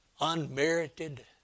Unmerited